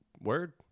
Word